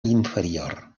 inferior